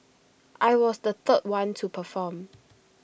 I was the third one to perform